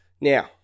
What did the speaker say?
Now